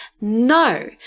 no